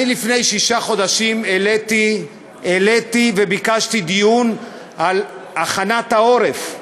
לפני שישה חודשים העליתי וביקשתי דיון על הכנת העורף.